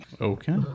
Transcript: Okay